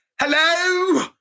hello